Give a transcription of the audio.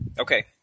Okay